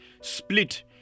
split